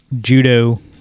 Judo